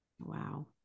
Wow